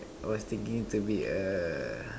I was thinking to be a